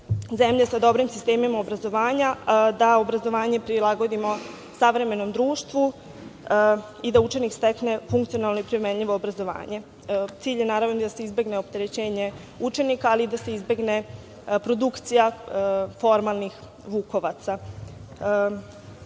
zemlje sa dobrim sistemima obrazovanja, da obrazovanje prilagodimo savremenom društvu i da učenik stekne funkcionalno i primenljivo obrazovanja. Cilj je, naravno i da se izbegne opterećenje učenika, ali i da se izbegne produkcija formalnih vukovaca. Dakle,